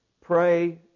Pray